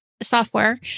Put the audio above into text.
software